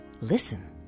Listen